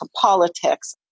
politics